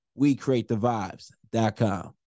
WeCreateTheVibes.com